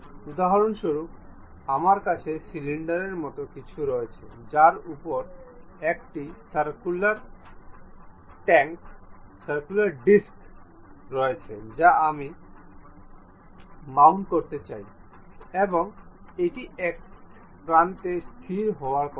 উদাহরণস্বরূপ আমার কাছে সিলিন্ডারের মতো কিছু রয়েছে যার উপর একটি সার্ক্যুলার ডিস্ক রয়েছে যা আমি মাউন্ট করতে চাই এবং এটি এক প্রান্তে স্থির হওয়ার কথা